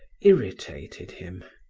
irritated him.